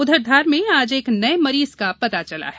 उधर धार में आज एक नये मरीज का पता चला है